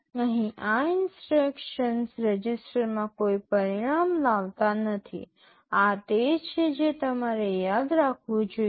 અહીં આ ઇન્સટ્રક્શન્સ રજિસ્ટરમાં કોઈ પરિણામ લાવતા નથી આ તે છે જે તમારે યાદ રાખવું જોઈએ